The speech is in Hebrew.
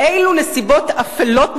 באילו נסיבות אפלות,